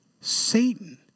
Satan